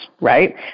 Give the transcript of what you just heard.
right